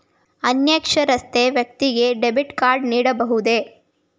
ಅನಕ್ಷರಸ್ಥ ವ್ಯಕ್ತಿಗೆ debit card ನೀಡಬಹುದೇ?